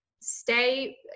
Stay